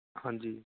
ਹਾਂਜੀ